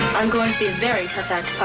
i'm going to be a very tough